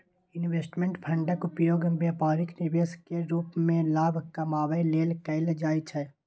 investment फंडक उपयोग बेपारिक निवेश केर रूप मे लाभ कमाबै लेल कएल जाइ छै